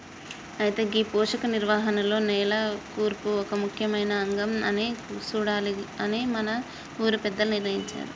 అయితే గీ పోషక నిర్వహణలో నేల కూర్పు ఒక ముఖ్యమైన అంగం అని సూడాలి అని మన ఊరి పెద్దలు నిర్ణయించారు